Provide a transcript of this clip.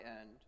end